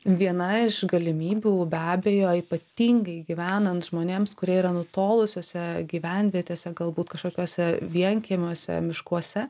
viena iš galimybių be abejo ypatingai gyvenant žmonėms kurie yra nutolusiose gyvenvietėse galbūt kažkokiuose vienkiemiuose miškuose